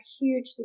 huge